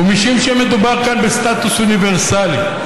ומשום שמדובר כאן בסטטוס אוניברסלי,